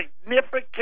significant